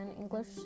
English